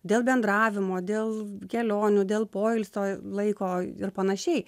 dėl bendravimo dėl kelionių dėl poilsio laiko ir panašiai